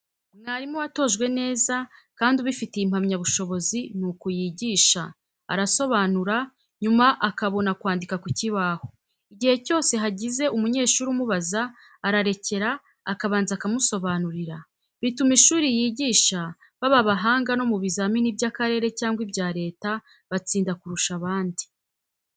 Mwarimu watojwe neza kandi ubifitiye impamyabushobozi, ni uku yigisha; arasobanura, nyuma akabona kwandika ku kibaho; igihe cyose hagize umunyeshuri umubaza, ararekera, akabanza akamusobanurira, bituma ishuri yigisha baba abahanga no mu bizamini b'akarere cyangwa ibya Leta batsinda kurusha abandi.